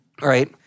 Right